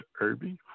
Irby